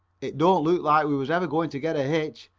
it don't look like we was ever going to get a hitch,